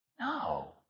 No